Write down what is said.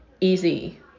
easy